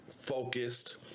focused